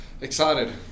excited